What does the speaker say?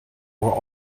were